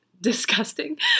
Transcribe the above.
Disgusting